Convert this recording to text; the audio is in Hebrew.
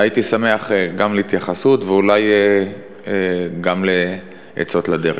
הייתי שמח גם להתייחסות ואולי גם לעצות לדרך.